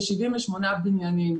כ-78 בניינים.